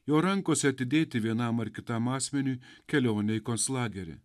jo rankose atidėti vienam ar kitam asmeniui kelionė į konclagerį